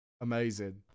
amazing